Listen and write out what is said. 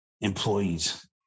employees